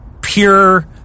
pure